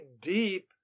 deep